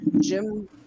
Jim